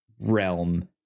realm